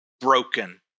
broken